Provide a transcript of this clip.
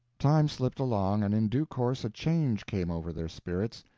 time slipped along, and in due course a change came over their spirits.